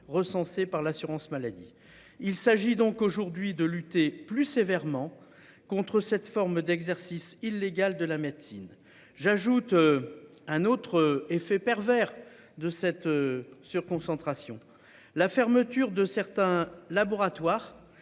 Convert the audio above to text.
recensées par l'assurance maladie. Il s'agit donc aujourd'hui de lutter plus sévèrement contre cette forme d'exercice illégal de la médecine. J'ajoute. Un autre effet pervers de cette. Sur-concentration. La fermeture de certains laboratoires